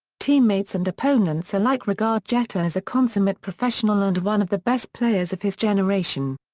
teammates and opponents alike regard jeter as a consummate professional and one of the best players of his generation.